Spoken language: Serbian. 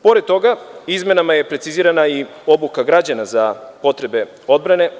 Pored toga, izmenama je precizirana i obuka građana za potrebe odbrane.